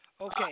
Okay